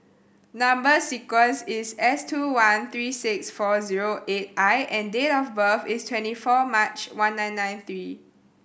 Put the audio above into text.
number sequence is S two one three six four zero eight I and date of birth is twenty four March one nine nine three